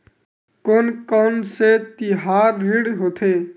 कोन कौन से तिहार ऋण होथे?